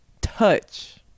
touch